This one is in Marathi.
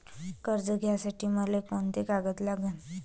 कर्ज घ्यासाठी मले कोंते कागद लागन?